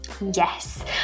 Yes